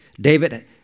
David